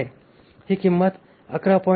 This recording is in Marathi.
ही किंमत 11